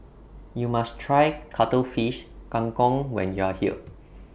YOU must Try Cuttlefish Kang Kong when YOU Are here